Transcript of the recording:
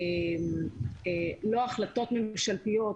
לא החלטות ממשלתיות,